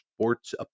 sports